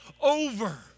over